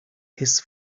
his